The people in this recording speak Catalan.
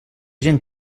gent